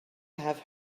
have